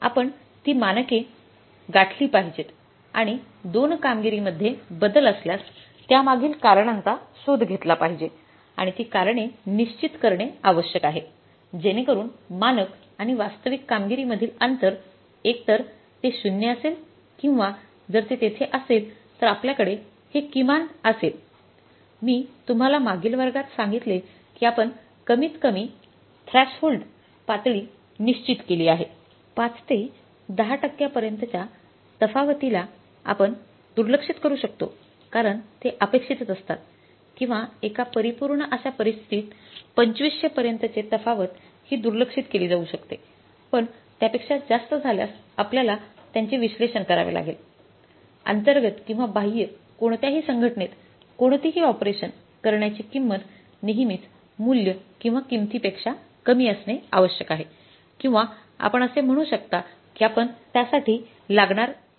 आपण ती मानके गाठली पाहिजेत आणि दोन कामगिरीमध्ये बदल असल्यास त्यामागील कारणांचा शोध घेतला पाहिजे आणि ती कारणे निश्चित करणे आवश्यक आहे जेणेकरून मानक आणि वास्तविक कामगिरीमधील अंतर एकतर ते 0 असेल किंवा जर ते तेथे असेल तर आपल्याकडे हे किमान असेल मी तुम्हाला मागील वर्गात सांगितले की आपण कमीतकमी थ्रॅश होल्ड पातळी निश्चित केली आहे ५ ते १० टक्क्यांपर्यंतच्या तफावतील आपण दुर्लक्षित करू शकतो कारण ते अपेक्षितच असतात किंवा एका परिपूर्ण अश्या परिस्थिती २५०० पर्यंतचे तफावत हि दुर्लक्षित केली जाऊ शकतेपण त्यापेक्षा जास्त झाल्यास आपल्याला त्यांचे विश्लेषण करावे लागेलअंतर्गत किंवा बाह्य कोणत्याही संघटनेत कोणतेही ऑपरेशन करण्याची किंमत नेहमीच मूल्य किंवा किंमतीपेक्षा कमी असणे आवश्यक आहे किंवा आपण असे म्हणू शकता की आपण त्यासाठी लागणार आहोत